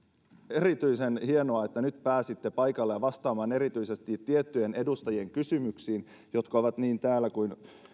erityisen hienoa että nyt pääsitte paikalle ja vastaamaan erityisesti tiettyjen edustajien kysymyksiin jotka ovat niin täällä kuin